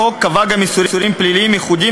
החוק קבע גם איסורים פליליים ייחודיים,